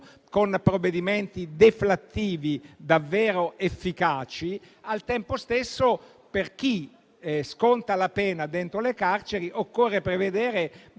con provvedimenti deflattivi davvero efficaci, al tempo stesso per chi sconta la pena dentro le carceri occorre prevedere